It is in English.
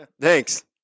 Thanks